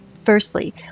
Firstly